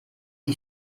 die